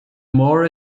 more